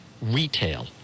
retail